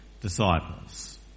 disciples